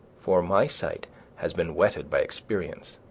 for my sight has been whetted by experience